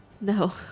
No